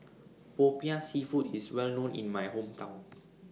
Popiah Seafood IS Well known in My Hometown